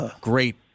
great